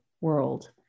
world